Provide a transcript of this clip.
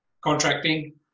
contracting